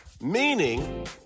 meaning